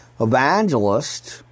evangelist